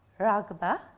ragba